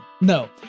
No